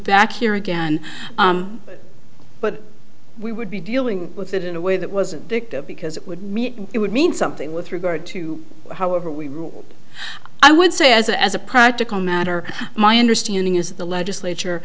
back here again but we would be dealing with it in a way that wasn't picked up because it would it would mean something with regard to however we rule i would say as a as a practical matter my understanding is the legislature